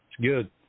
good